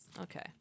okay